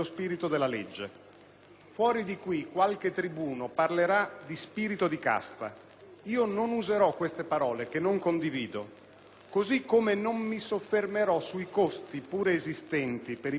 Fuori di qui qualche tribuno parlerà di spirito di casta. Io non userò queste parole, che non condivido, così come non mi soffermerò sui costi (pure esistenti) per i bilanci pubblici